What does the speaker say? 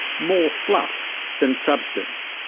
more fluff than substance?